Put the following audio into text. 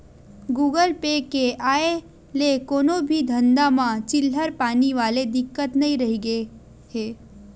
Google Pay के आय ले कोनो भी धंधा म चिल्हर पानी वाले दिक्कत नइ रहिगे हे